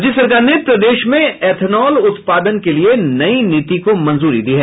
राज्य सरकार ने प्रदेश में इथेनॉल उत्पादन के लिए नई नीति को मंजूरी दी है